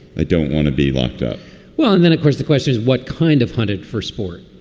i don't want to be locked up well, and then, of course, the question is what kind of hunted for sport?